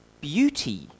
beauty